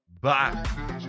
bye